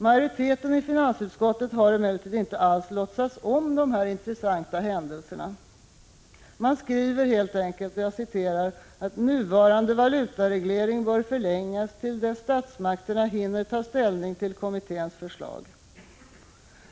Majoriteten i finansutskottet har emellertid inte låtsats om dessa intressanta händelser. Man skriver helt enkelt att ”nuvarande valutareglering bör förlängas till dess statsmakterna hinner ta ställning till kommitténs förslag”.